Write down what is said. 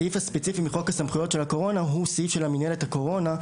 הסעיף הספציפי מחוק סמכויות הקורונה הוא סעיף של מינהלת הקורונה,